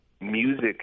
music